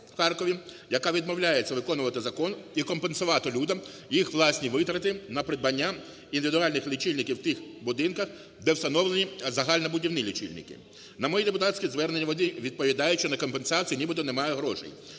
яка відмовляється виконувати закон і компенсувати людям їх власні витрати на придбання індивідуальних лічильників в тих будинках, де встановлені загальнобудівні лічильники. На мої депутатські звернення вони відповідають, що на компенсацію нібито немає грошей.